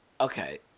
Okay